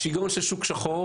השיגעון של שוק שחור